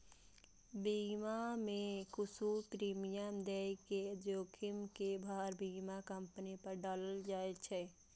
बीमा मे किछु प्रीमियम दए के जोखिम के भार बीमा कंपनी पर डालल जाए छै